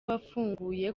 wafunguye